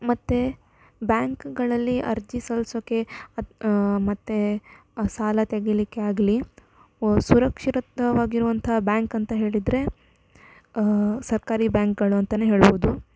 ಮತ್ತು ಬ್ಯಾಂಕ್ಗಳಲ್ಲಿ ಅರ್ಜಿ ಸಲ್ಲಿಸೋಕೆ ಮತ್ತು ಸಾಲ ತೆಗಿಯಲಿಕ್ಕೆ ಆಗಲಿ ಸುರಕ್ಷಿತವಾಗಿರುವಂತಹ ಬ್ಯಾಂಕ್ ಅಂತ ಹೇಳಿದರೆ ಸರ್ಕಾರಿ ಬ್ಯಾಂಕ್ಗಳು ಅಂತಾನೇ ಹೇಳ್ಬೌದು